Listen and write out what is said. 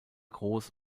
groß